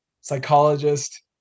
psychologist